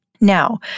Now